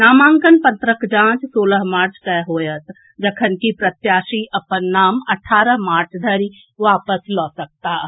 नामांकन पत्रक जांच सोलह मार्च कें होएत जखनकि प्रत्याशी अपन नाम अठारह मार्च धरि वापस लऽ सकताह